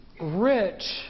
rich